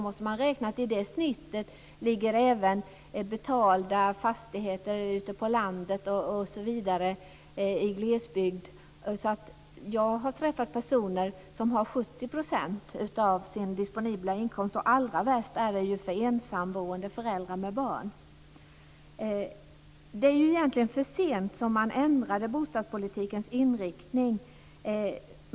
Men i det genomsnittet ingår även betalda fastigheter ute på landet eller i glesbygden. Jag har träffat personer som lägger 70 % av sin disponibla inkomst på hyran. Allra värst är det för ensamboende föräldrar med barn. Det är egentligen för sent att ändra bostadpolitikens inriktning.